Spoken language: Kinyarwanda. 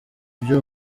ibyo